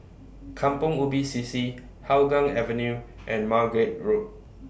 Kampong Ubi C C Hougang Avenue and Margate Road